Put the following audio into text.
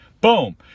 Boom